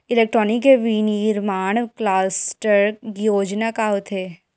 Electronic विनीर्माण cluster योजना का होथे?